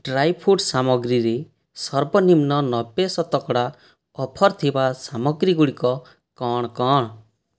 dry fruit ସାମଗ୍ରିରେ ସର୍ବନିମ୍ନ ନବେ ଶତକଡ଼ା ଅଫର ଥିବା ସାମଗ୍ରୀଗୁଡିକ କ'ଣ କ'ଣ